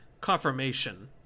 confirmation